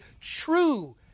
true